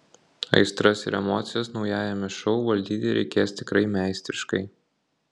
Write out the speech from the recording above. aistras ir emocijas naujajame šou valdyti reikės tikrai meistriškai